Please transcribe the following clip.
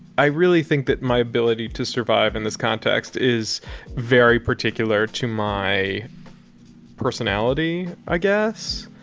i really think that my ability to survive in this context is very particular to my personality, i guess.